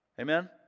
Amen